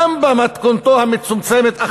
גם במתכונתו המצומצמת,